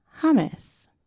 hummus